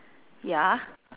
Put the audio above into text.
ya